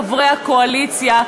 חברי הקואליציה,